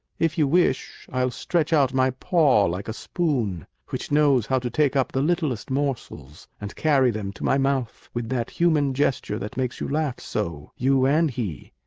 if you wish i'll stretch out my paw like a spoon, which knows how to take up the littlest morsels, and carry them to my mouth with that human gesture that makes you laugh so you and he.